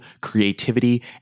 creativity